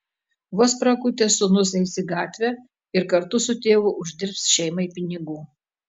vos prakutęs sūnus eis į gatvę ir kartu su tėvu uždirbs šeimai pinigų